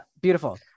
beautiful